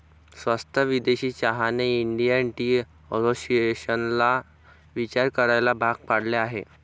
स्वस्त विदेशी चहाने इंडियन टी असोसिएशनला विचार करायला भाग पाडले आहे